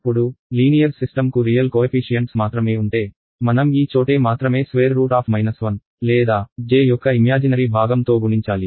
ఇప్పుడు linear system కు real coefficients మాత్రమే ఉంటే మన ఈ చోటే మాత్రమే √ 1 లేదా j యొక్క ఇమ్యాజినరి భాగం తో గుణించాలి